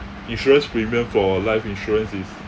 insurance premium for life insurance is